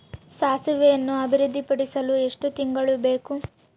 ಸಾಸಿವೆಯನ್ನು ಅಭಿವೃದ್ಧಿಪಡಿಸಲು ಎಷ್ಟು ತಿಂಗಳು ಬೇಕು?